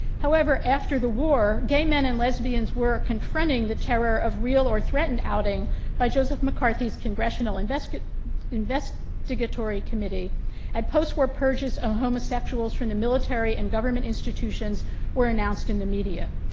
however after the war, gay men and lesbians were confronting the terror of real or threatened outing by joseph mccarthy's congressional investigatory investigatory committee and post-war purchase of homosexuals from the military and government institutions were announced in the media.